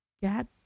get